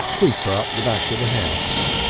creeper up the back of the house.